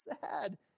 sad